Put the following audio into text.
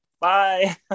Bye